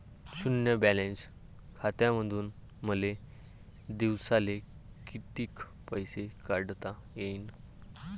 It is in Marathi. शुन्य बॅलन्स खात्यामंधून मले दिवसाले कितीक पैसे काढता येईन?